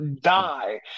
die